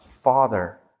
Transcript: Father